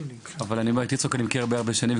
אבל את יצחק אני מכיר הרבה הרבה שנים.